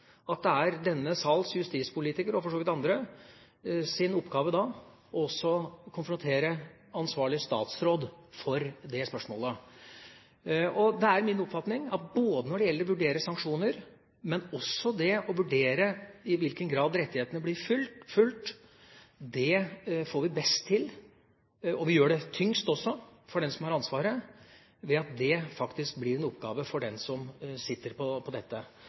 at det er denne sals justispolitikeres – og for så vidt andres – oppgave å konfrontere ansvarlig statsråd med spørsmålet. Det er min oppfatning at når det gjelder å vurdere ikke bare sanksjoner, men også vurdere i hvilken grad rettighetene blir fulgt, at vi får det best til – og gjør det tyngst også for den som har ansvaret – ved at det blir en oppgave for den som sitter på dette.